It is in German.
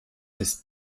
ist